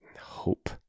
Hope